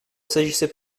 s’agissait